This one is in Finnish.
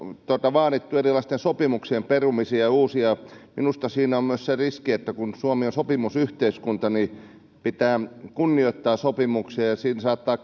vaadittu erilaisten sopimuksien perumisia ja uusimisia minusta siinä on myös riski kun suomi on sopimusyhteiskunta niin pitää kunnioittaa sopimuksia tai siinä saattaa